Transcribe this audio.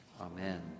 Amen